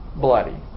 bloody